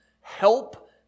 Help